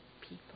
people